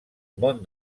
món